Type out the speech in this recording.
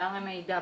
פערי מידע,